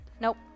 Nope